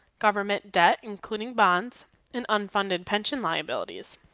government debt including bonds and unfunded pension liabilities,